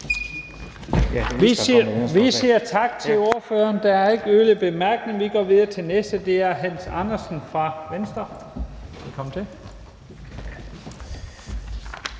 Vi siger tak til ordføreren. Der er ikke yderligere korte bemærkninger. Vi går videre til den næste. Det er Hans Andersen fra Venstre. Velkommen til.